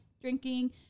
drinking